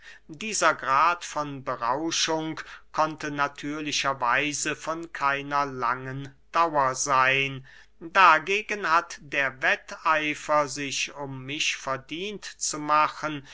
dieser grad von berauschung konnte natürlicher weise von keiner langen dauer seyn dagegen hat der wetteifer sich um mich verdient zu machen